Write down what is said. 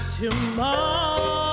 tomorrow